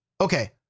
Okay